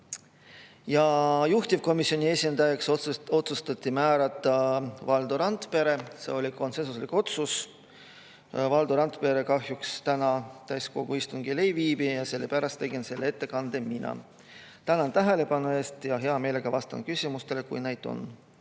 Juhtivkomisjoni esindajaks otsustati määrata Valdo Randpere, see oli konsensuslik otsus. Valdo Randpere kahjuks täna täiskogu istungil ei viibi ja sellepärast tegin ettekande mina. Tänan tähelepanu eest! Hea meelega vastan küsimustele, kui neid on.